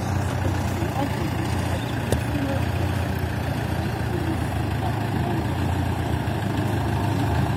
juk tokių nuodėmių ypač mūsų laikais palyginus su ta londono legenda gausėja